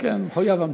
כן כן, מחויב המציאות.